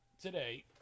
today